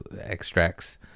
Extracts